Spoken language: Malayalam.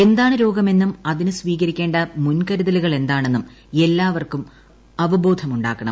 എന്താണ് രോഗമെന്നും അതിന് സ്വീകരിക്കേണ്ട മുൻകരുതലുകൾ എന്തെന്നും എല്ലാവർക്കും അവബോധം ഉണ്ടാകണം